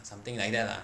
something like that lah